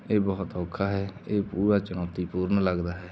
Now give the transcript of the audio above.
ਇਹ ਬਹੁਤ ਔਖਾ ਹੈ ਇਹ ਪੂਰਾ ਚੁਨੌਤੀਪੂਰਨ ਲੱਗਦਾ ਹੈ